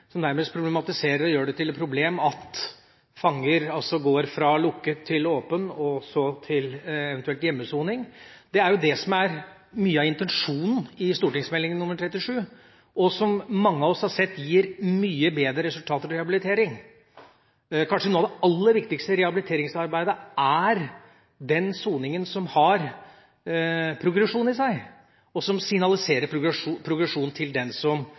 hun nærmest problematiserer og gjør det til et problem at fanger går fra lukket til åpen soning, og så eventuelt til hjemmesoning. Det er jo det som er mye av intensjonen i St.meld. nr. 37 for 2007–2008, og som mange av oss har sett gir mye bedre resultater når det gjelder rehabilitering. Kanskje noe av det aller viktigste i rehabiliteringsarbeidet er den soninga som har progresjon i seg, og som signaliserer progresjon til den som